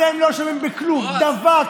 אתם לא אשמים בכלום, דבר.